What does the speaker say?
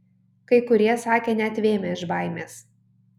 kai kurie sakė net vėmę iš baimės